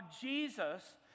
Jesus